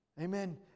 Amen